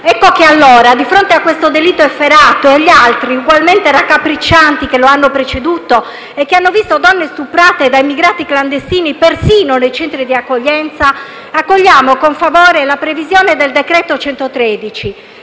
Ecco che allora, di fronte a questo delitto efferato e agli altri ugualmente raccapriccianti che lo hanno preceduto e che hanno visto donne stuprate da immigranti clandestini persino nei centri di accoglienza, accogliamo con favore la previsione del decreto-legge